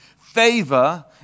Favor